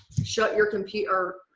shut your computer,